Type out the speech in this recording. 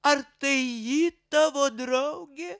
ar tai ji tavo draugė